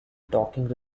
docking